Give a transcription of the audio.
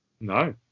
No